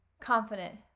confident